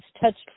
touched